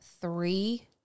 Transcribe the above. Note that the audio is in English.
three